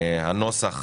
הנוסח